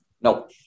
No